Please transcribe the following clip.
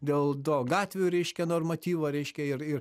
dėl do gatvių reiškia normatyvo reiškia ir ir